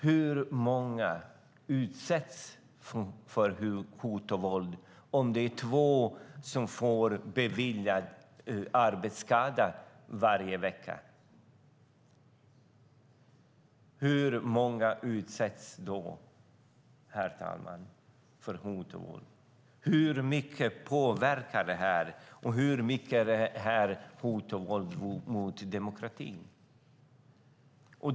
Hur många utsätts för hot och våld om två får arbetsskada orsakad av detta beviljad varje vecka? Hur mycket påverkar det här, och hur mycket är det här hot och våld mot demokratin?